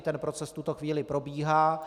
Ten proces v tuto chvíli probíhá.